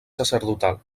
sacerdotal